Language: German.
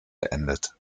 beendet